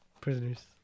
Prisoners